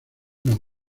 una